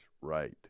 right